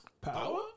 power